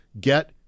get